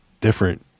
different